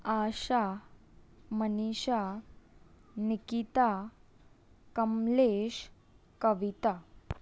Asha Manisha Nikita Kamlesh Kavita